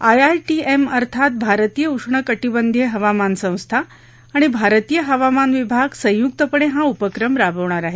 IITM अर्थात भारतीय उष्णकटीबंधीय हवामान संस्था आण भारतीय हवामान विभाग संयुक्तपणे हा उपक्रम राबवणार आहेत